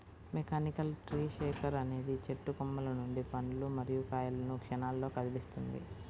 mechanical tree shaker అనేది చెట్టు కొమ్మల నుండి పండ్లు మరియు కాయలను క్షణాల్లో కదిలిస్తుంది